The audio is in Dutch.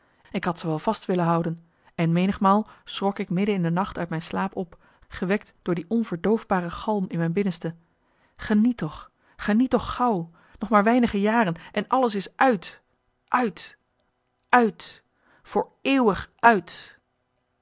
ik had ze wel vast willen houden en menigmaal schrok ik midden in den nacht uit mijn slaap op gewekt door die onverdoofbare galm in mijn binnenste geniet toch geniet toch gauw nog maar weinige jaren en alles is uit uit uit voor eeuwig uit